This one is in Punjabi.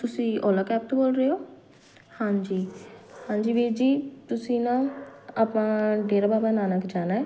ਤੁਸੀਂ ਓਲਾ ਕੈਬ ਤੋਂ ਬੋਲ ਰਹੇ ਹੋ ਹਾਂਜੀ ਹਾਂਜੀ ਵੀਰ ਜੀ ਤੁਸੀਂ ਨਾ ਆਪਾਂ ਡੇਰਾ ਬਾਬਾ ਨਾਨਕ ਜਾਣਾ